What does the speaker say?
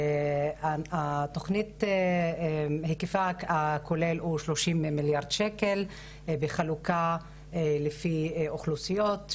התוכנית היקפה הכולל הוא 30 מיליארד שקל בחלוקה לפי אוכלוסיות,